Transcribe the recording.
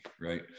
right